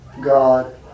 God